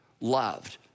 loved